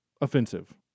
offensive